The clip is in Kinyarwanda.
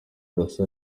hassan